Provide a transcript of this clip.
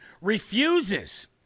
refuses